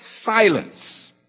silence